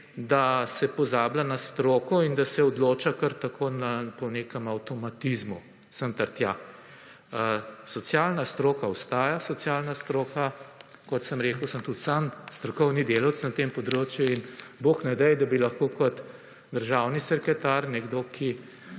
da se pozablja na stroko in da se odloča kar tako po nekem avtomatizmu sem ter tja. Socialna stroka ostaja socialna stroka, kot sem rekel sem tudi sam strokovni delavec na tem področju in bog ne daj, da bi lahko kot državni sekretar nekdo, ki